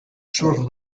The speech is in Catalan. surf